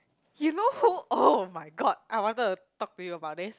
you know who oh-my-god I wanted to talk to you about it